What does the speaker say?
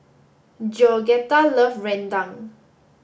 Georgetta love Rendang